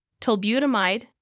tolbutamide